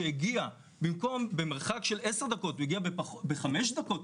במקום להגיע ב-10 דקות הגיע ב-5 דקות,